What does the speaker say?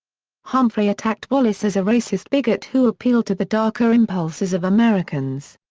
humphrey attacked wallace as a racist bigot who appealed to the darker impulses of americans.